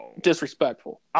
disrespectful